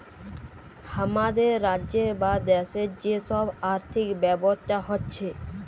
হামাদের রাজ্যের বা দ্যাশের যে সব আর্থিক ব্যবস্থা হচ্যে